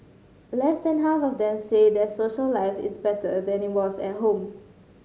less than half of them say their social life is better than it was at home